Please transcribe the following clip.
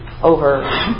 over